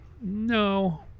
No